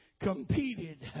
competed